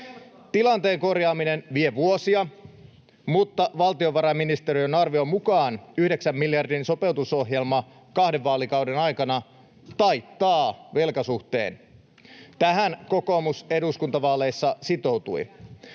Tilanteen korjaaminen vie vuosia, mutta valtiovarainministeriön arvion mukaan yhdeksän miljardin sopeutusohjelma kahden vaalikauden aikana taittaa velkasuhteen. Tähän kokoomus eduskuntavaaleissa sitoutui.